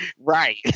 Right